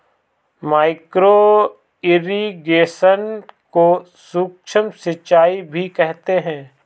micro irrigation को सूक्ष्म सिंचाई भी कहते हैं